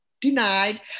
denied